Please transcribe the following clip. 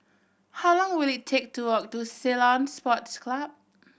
how long will it take to walk to Ceylon Sports Club